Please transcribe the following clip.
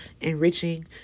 Enriching